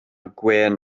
gwên